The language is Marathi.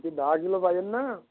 किती दहा किलो पाहिजेत ना